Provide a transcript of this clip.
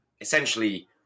essentially